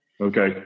Okay